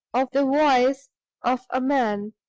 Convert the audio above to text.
of the voice of a man.